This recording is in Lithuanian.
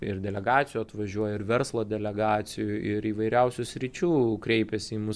ir delegacijų atvažiuoja ir verslo delegacijų ir įvairiausių sričių kreipiasi į mus